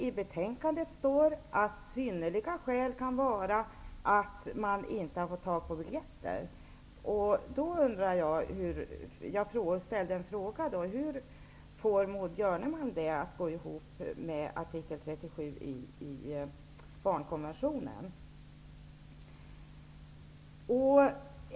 I betänkandet står det att synnerliga skäl kan vara att man har misslyckats med att få tag på biljetter. Då undrar jag: Hur får Maud Björnemalm detta att gå ihop med artikel 37 i barnkonventionen?